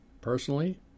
Personally